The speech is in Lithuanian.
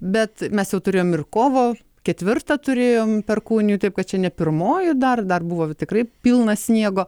bet mes jau turėjom ir kovo ketvirtą turėjom perkūnijų taip kad čia ne pirmoji dar dar buvo tikrai pilna sniego